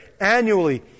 annually